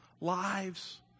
lives